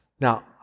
Now